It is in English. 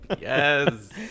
Yes